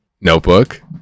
notebook